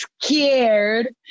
scared